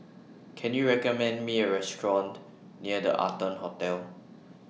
Can YOU recommend Me A Restaurant near The Arton Hotel